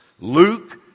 Luke